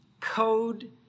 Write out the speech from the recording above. code